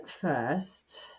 first